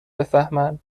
بفهمن